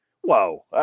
whoa